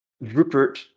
Rupert